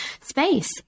space